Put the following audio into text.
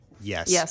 Yes